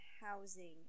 housing